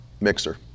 mixer